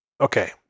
Okay